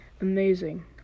amazing